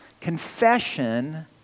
Confession